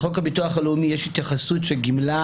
בחוק הביטוח הלאומי יש התייחסות שגימלה